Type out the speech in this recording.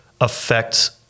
affects